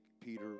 Peter